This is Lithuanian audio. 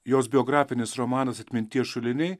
jos biografinis romanas atminties šuliniai